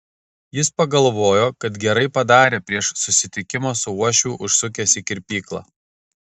jis pagalvojo kad gerai padarė prieš susitikimą su uošviu užsukęs į kirpyklą